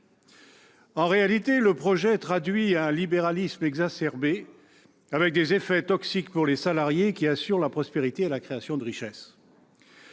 En réalité, ce projet traduit un libéralisme exacerbé avec des effets toxiques pour les salariés, qui assurent la prospérité et la création de richesses.